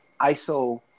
ISO